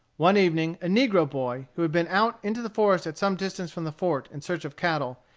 one evening, a negro boy, who had been out into the forest at some distance from the fort in search of cattle,